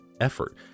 effort